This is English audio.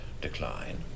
decline